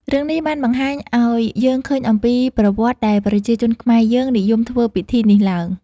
រឿងនេះបានបង្ហាញអោយយើងឃើញអំពីប្រវត្តិដែលប្រជាជនខ្មែរយើងនិយមធ្វើពិធីនេះឡើង។